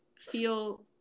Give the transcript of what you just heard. feel